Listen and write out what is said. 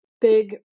big